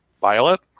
violet